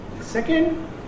second